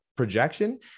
projection